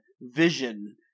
Vision